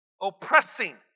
oppressing